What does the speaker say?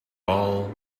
all